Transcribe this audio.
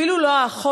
אפילו לא האחות,